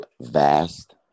vast